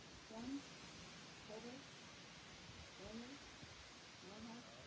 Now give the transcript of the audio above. clumb colbeck langer maher